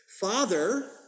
Father